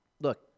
look